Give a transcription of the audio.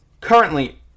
Currently